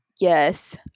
Yes